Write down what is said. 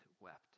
wept